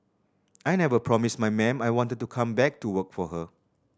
I never promised my ma'am I wanted to come back to work for her